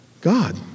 God